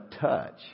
touch